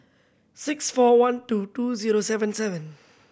six four one two two zero seven seven